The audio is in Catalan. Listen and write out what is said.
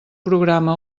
programa